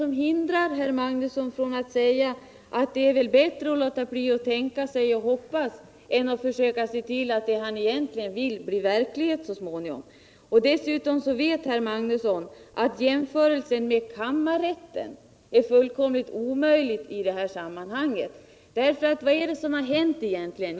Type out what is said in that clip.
Vad hindrar herr Magnusson från att säga att det är bättre att låta bli att tänka sig och hoppas än att försöka se till att det han egentligen vill blir verklighet så småningom? Dessutom vet herr Magnusson att jämförelsen med kammarrätten är fullkomligt omöjlig i det här sammanhanget. Vad är det som har hänt egentligen?